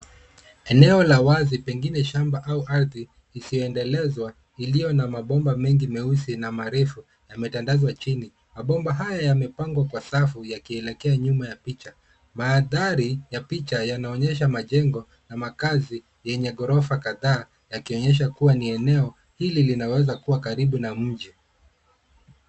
Eneo la wazi, pengine shamba au ardhi isiyoendelezwa, iliyo na mabomba mengi meusi na marefu yametandazwa chini. Mabomba haya yamepangwa kwa safu yakielekea nyuma ya picha. Mandhari ya picha yanaonyesha majengo na makaazi yenye ghorofa kadhaa yakionyesha kuwa, ni eneo hili linaweza kuwa karibu na mji.